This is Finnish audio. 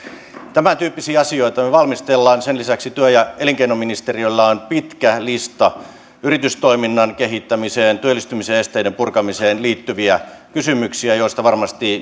tämäntyyppisiä asioita me valmistelemme sen lisäksi työ ja elinkeinoministeriöllä on pitkä lista yritystoiminnan kehittämiseen ja työllistymisen esteiden purkamiseen liittyviä kysymyksiä joista varmasti